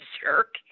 Jerk